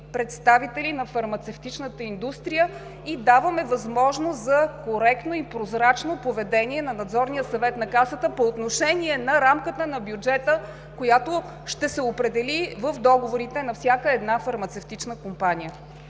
представители на фармацевтичната индустрия. Даваме възможност за коректно и прозрачно поведение на Надзорния съвет на Касата по отношение на рамката на бюджета, която ще се определи в договорите на всяка една фармацевтична компания.